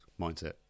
mindset